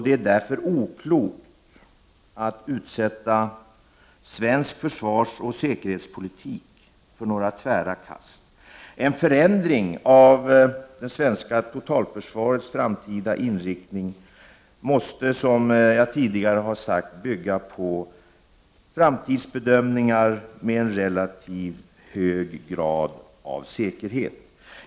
Det är därför oklokt att utsätta svensk försvarsoch säkerhetspolitik för några tvära kast. En förändring av det svenska totalförsvarets framtida inriktning måste, som jag tidigare har sagt, bygga på framtidsbedömningar med en relativt hög grad av säkerhet.